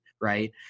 right